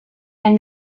and